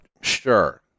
sure